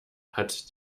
hat